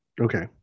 Okay